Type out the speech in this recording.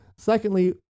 Secondly